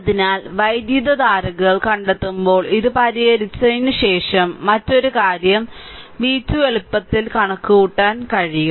അതിനാൽ വൈദ്യുതധാരകൾ കണ്ടെത്തുമ്പോൾ ഇത് പരിഹരിച്ചതിന് ശേഷം മറ്റൊരു കാര്യം v2 എളുപ്പത്തിൽ കണക്കുകൂട്ടാൻ കഴിയും